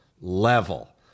level